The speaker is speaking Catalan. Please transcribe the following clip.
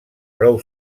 prou